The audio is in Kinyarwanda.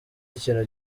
ikintu